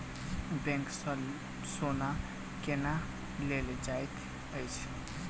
bank सँ सोना केना लेल जाइत अछि